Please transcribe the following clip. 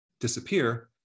disappear